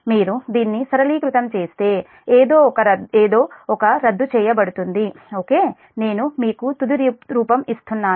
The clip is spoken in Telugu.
మీరు దీన్ని సరళీకృతం చేస్తే ఏదో రద్దు చేయబడుతుంది ఓకే నేను మీకు తుది రూపం ఇస్తున్నాను